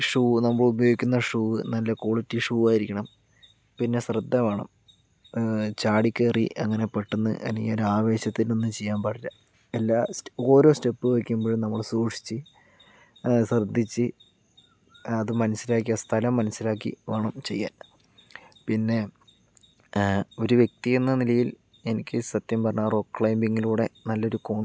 shoe നമ്മള് ഉപയോഗിക്കുന്ന shoe നല്ല ക്വാളിറ്റി ഷൂ ആയിരിക്കണം പിന്നെ ശ്രദ്ധ വേണം ചാടിക്കേറി അങ്ങനെ പെട്ടെന്ന് അല്ലെങ്കിൽ ഒരു ആവേശത്തിനൊന്നും ചെയ്യാൻ പാടില്ല എല്ലാ ഓരോ സ്റ്റെപ്പ് വെക്കുമ്പോഴും നമ്മള് സൂക്ഷിച്ച് ശ്രദ്ധിച്ചു അത് മനസ്സിലാക്കി ആ സ്ഥലം മനസ്സിലാക്കി വേണം ചെയ്യാൻ പിന്നെ ഒരു വ്യക്തി എന്ന നിലയിൽ എനിക്ക് സത്യം പറഞ്ഞാൽ റോക്ക് ക്ലൈമ്പിങ്ങിലൂടെ നല്ലൊരു കോൺ